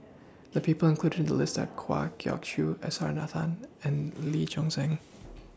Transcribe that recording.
The People included in The list Are Kwa Geok Choo S R Nathan and Lee Choon Seng